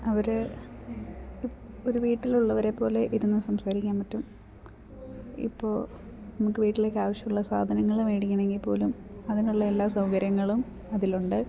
അവർ ഒരു വീട്ടിൽ ഉള്ളവരെ പോലെ ഇരുന്ന് സംസാരിക്കാൻ പറ്റും ഇപ്പോൾ നമുക്ക് വീട്ടിലേക്ക് ആവശ്യം ഉള്ള സാധനങ്ങൾ മേടിക്കണെങ്കിൽ പോലും അതിനുള്ള എല്ലാ സൗകര്യങ്ങളും അതിലുണ്ട്